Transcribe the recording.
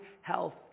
health